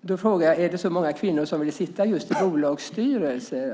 Därför frågar jag: Är det så många kvinnor som vill sitta i just bolagsstyrelser?